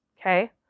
Okay